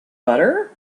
butter